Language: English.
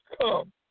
come